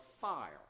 fire